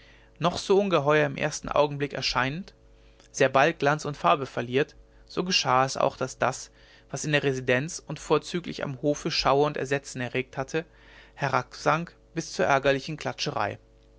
noch so ungeheuer im ersten augenblick erscheinend sehr bald glanz und farbe verliert so geschah es auch daß das was in der residenz und vorzüglich am hofe schauer und entsetzen erregt hatte herabsank bis zur ärgerlichen klatscherei